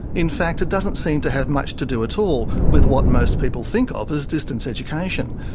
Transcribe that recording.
in fact, it doesn't seem to have much to do at all with what most people think of as distance education.